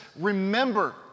remember